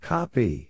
Copy